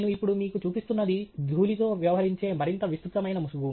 నేను ఇప్పుడు మీకు చూపిస్తున్నది ధూళితో వ్యవహరించే మరింత విస్తృతమైన ముసుగు